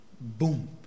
boom